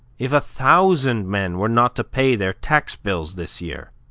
if a thousand men were not to pay their tax bills this year,